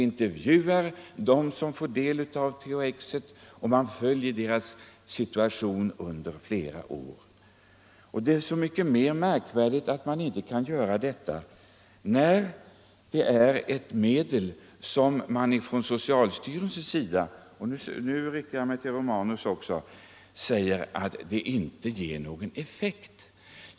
Intervjua dem som får THX och följ deras situation under flera år! Det är så mycket mer märkvärdigt att man inte kan göra detta som socialstyrelsen säger att medlen inte ger någon effekt.